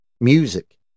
music